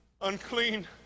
unclean